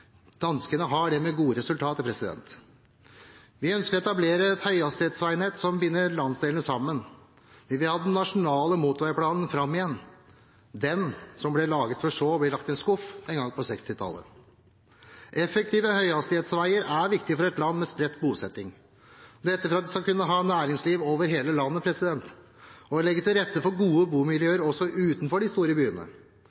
Danskene har det, med gode resultater. Vi ønsker å etablere et høyhastighetsveinett som binder landsdelene sammen. Vi vil ha den nasjonale motorveiplanen fram igjen, den som ble laget, for så å bli lagt i en skuff en gang på 1960-tallet. Effektive høyhastighetsveier er viktig for et land med spredt bosetting, dette for at vi skal kunne ha næringsliv over hele landet og kunne legge til rette for gode